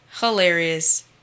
hilarious